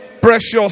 precious